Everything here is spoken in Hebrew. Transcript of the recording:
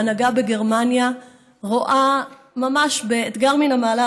ההנהגה בגרמניה רואה ממש כאתגר מן המעלה